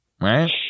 right